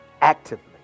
Actively